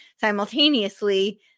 simultaneously